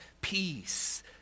peace